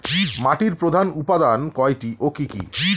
মাটির প্রধান উপাদান কয়টি ও কি কি?